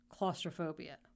claustrophobia